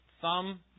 thumb